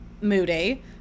moody